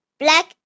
black